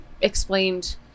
explained